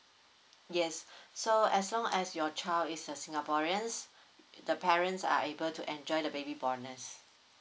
yes so as long as your child is a singaporean the parents are able to enjoy the baby bonus